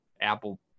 apple